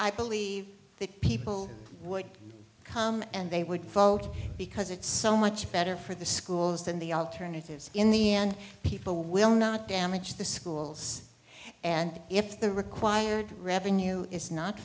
i believe the people would come and they would vote because it's so much better for the schools than the alternatives in the end people will not damage the schools and if the required revenue is not